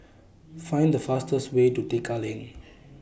Find The fastest Way to Tekka Lane